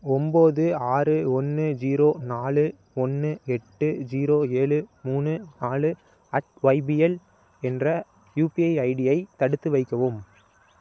ஒம்பது ஆறு ஒன்று ஜீரோ நாலு ஒன்று எட்டு ஜீரோ ஏழு மூணு நாலு அட் ஏழுஒய்பிஎல் என்ற யுபிஐ ஐடியை தடுத்து வைக்கவும்